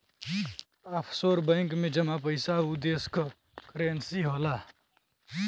offshore bank में जमा पइसा उ देश क करेंसी होला